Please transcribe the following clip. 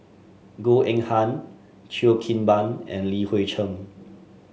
Goh Eng Han Cheo Kim Ban and Li Hui Cheng